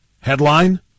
headline